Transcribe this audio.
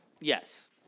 Yes